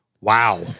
wow